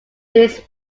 these